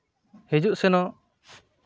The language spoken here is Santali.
ᱦᱤᱡᱩᱜ ᱥᱮᱱᱚᱜ